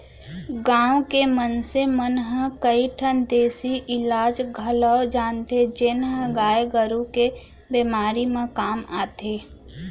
गांव के मनसे मन ह कई ठन देसी इलाज घलौक जानथें जेन ह गाय गरू के बेमारी म काम आथे